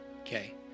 Okay